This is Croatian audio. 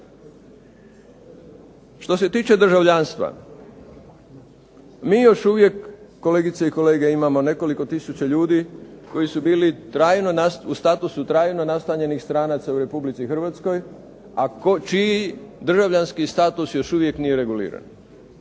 Što se tiče državljanstva, mi još uvijek kolegice i kolege imamo nekoliko tisuća ljudi koji su bili u statusu trajno nastanjenih stranaca u Republici Hrvatskoj, a čini državljanski status još uvijek nije reguliran.